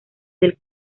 del